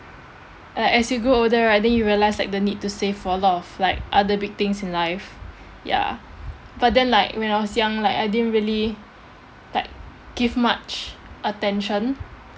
a~ as you grow older right then you realise like the need to save for a lot of like other big things in life ya but then like when I was young like I didn't really like give much attention